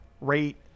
rate